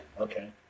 Okay